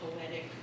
poetic